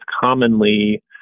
commonly